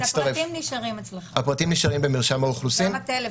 רק שהפרטים נשארים אצלכם, גם הטלפון.